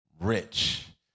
rich